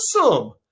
awesome